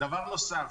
דבר נוסף,